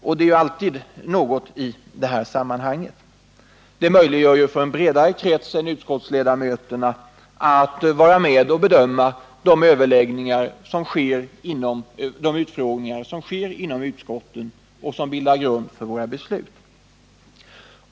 Att de förekommer i det här sammanhanget är ju alltid något. Det möjliggör för en bredare krets än utskottsledamöterna att bedöma de utfrågningar som skett inom utskottet och som bildar grund för våra beslut.